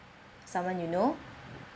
someone you know